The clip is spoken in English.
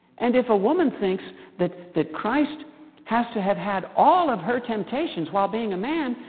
and if a woman thinks that that christ has to have had all of her temptations while being a man,